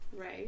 right